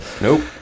nope